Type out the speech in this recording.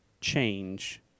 change